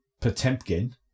Potemkin